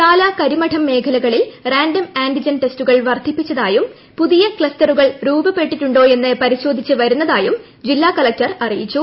ചാല കരിമഠം മേഖലകളിൽ random antigen ടെസ്റ്റുകൾ വർദ്ധിപ്പിച്ചതായും പുതിയ ക്ലസ്റ്ററുകൾ രൂപപ്പെട്ടിട്ടുണ്ടോ എന്ന് പരിശോധിച്ച് വരുന്നതായും കളക്ടർ അറിയിച്ചു